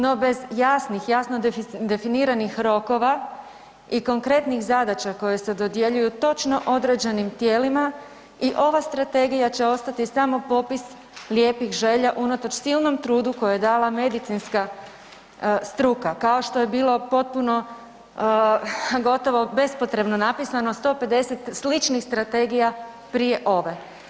No, bez jasnih jasno definiranih rokova i konkretnih zadaća koje se dodjeljuju točno određenim tijelima i ova strategija će ostati samo popis lijepih želja unatoč silnom trudu koji je dala medicinska struka kao što je bilo potpuno, gotovo bespotrebno napisano 150 sličnih strategija prije ove.